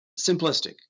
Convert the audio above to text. simplistic